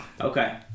Okay